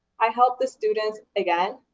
i help the students, again,